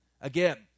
Again